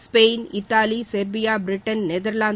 Spain Italy Serbia Britain Netherlands